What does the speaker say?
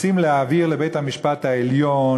הם רוצים להעביר לבית-המשפט העליון,